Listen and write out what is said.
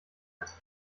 als